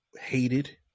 hated